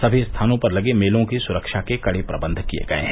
सभी स्थानों पर लगे मेलों की सुरक्षा के कड़े प्रबंध किये गये हैं